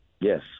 yes